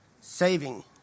saving